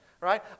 Right